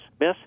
miss